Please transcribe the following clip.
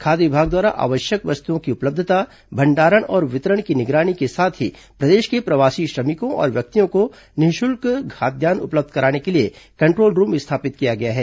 खाद्य विभाग द्वारा आवश्यक वस्तुओं की उपलब्धता भंडारण और वितरण की निगरानी के साथ ही प्रदेश के प्रवासी श्रमिकों और व्यक्तियों को निःशुल्क खाद्यान्न कराने के लिए कंद् ोल रूम स्थापित किया गया है